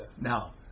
now